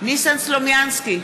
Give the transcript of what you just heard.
ניסן סלומינסקי,